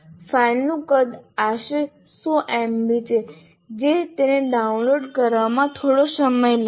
ફાઇલનું કદ આશરે 100 MB છે જે તેને ડાઉનલોડ કરવામાં થોડો સમય લે છે